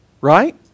right